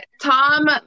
Tom